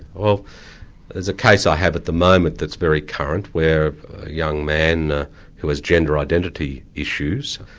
well there's a case i have at the moment that's very current, where a young man who has gender identity issues,